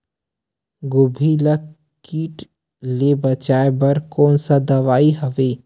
गोभी ल कीट ले बचाय बर कोन सा दवाई हवे?